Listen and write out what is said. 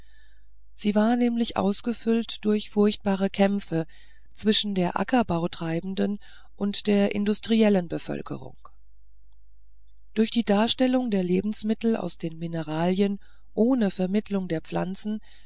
sie war nämlich ausgefüllt durch furchtbare kämpfe zwischen der ackerbautreibenden und der industriellen bevölkerung durch die darstellung der lebensmittel aus den mineralien ohne vermittlung der pflanzen